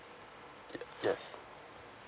ya yes